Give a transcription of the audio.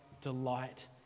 delight